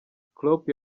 klopp